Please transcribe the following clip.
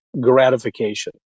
gratification